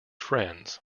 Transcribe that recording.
friends